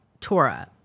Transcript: Torah